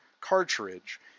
cartridge